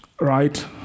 right